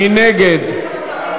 מי נגד?